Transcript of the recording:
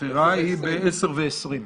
הבחירה ב-10:20.